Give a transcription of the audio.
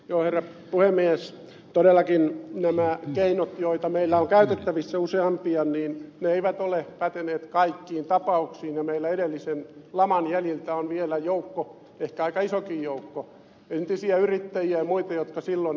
todellakaan nämä keinot joita meillä on käytettävissä useita eivät ole päteneet kaikkiin tapauksiin ja meillä edellisen laman jäljiltä on vielä joukko ehkä aika isokin joukko entisiä yrittäjiä ja muita jotka silloin velkaantuivat